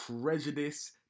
prejudice